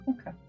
Okay